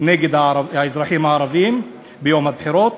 נגד האזרחים הערבים ביום הבחירות?